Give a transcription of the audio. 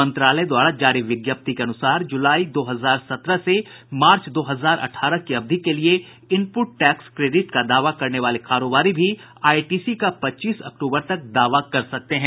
मंत्रालय द्वारा जारी विज्ञप्ति के अनुसार जुलाई दो हजार सत्रह से मार्च दो हजार अठारह की अवधि के लिए इनपुट टैक्स क्रेडिट का दावा करने वाले कारोबारी भी आईटीसी का पच्चीस अक्टूबर तक दावा कर सकते हैं